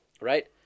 right